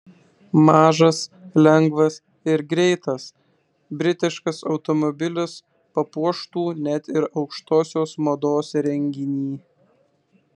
mažas lengvas ir greitas britiškas automobilis papuoštų net ir aukštosios mados renginį